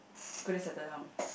couldn't settle down